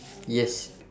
yes